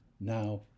now